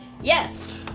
Yes